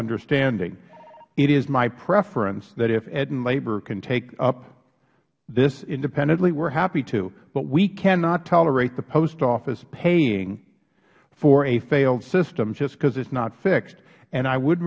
understanding it is my preference that if ed and labor can take up this independently we are happy to but we cannot tolerate the post office paying for a failed system just because it is not fixed and i would